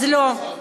אז לא.